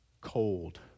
cold